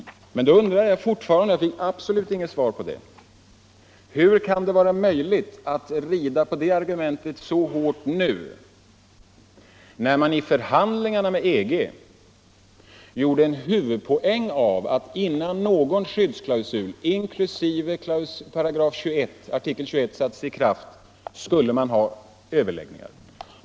Men då undrar jag fortfarande — jag fick absolut inget svar på den frågan: Hur kan det vara möjligt att rida på det argumentet så hårt nu, när man i förhandlingarna med EG gjorde en huvudpoäng av att innan någon skyddsklausul, inkl. artikel 21, sattes i kraft skulle man ha överläggningar?